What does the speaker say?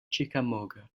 chickamauga